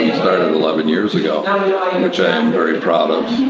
started eleven years ago um ah ah and which i am very proud of.